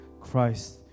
Christ